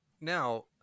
now